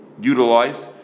utilize